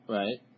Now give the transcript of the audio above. right